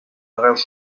arrels